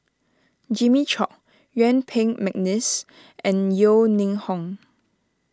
Jimmy Chok Yuen Peng McNeice and Yeo Ning Hong